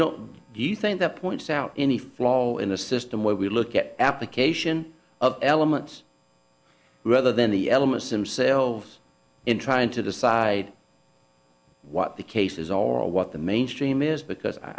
don't you think that points out any flaw in the system where we look at application of elements rather than the elements themselves in trying to decide what the case is or what the mainstream is because